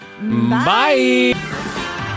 Bye